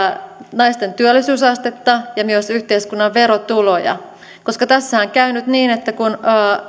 naisten työllisyysastetta ja myös yhteiskunnan verotuloja koska tässähän käy nyt niin että kun